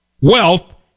wealth